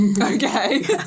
Okay